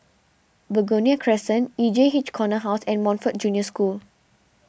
Begonia Crescent E J H Corner House and Montfort Junior School